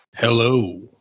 Hello